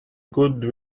good